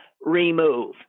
remove